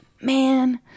man